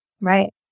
Right